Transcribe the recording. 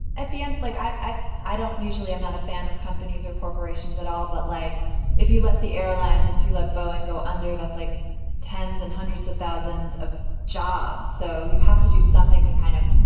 at the end, like i i i don't usually i'm not a fan of companies or corporations at all. but like if you let the airlines you let boeing go under, that's like tens and hundreds of thousands of jobs. so you have to do something to kind of.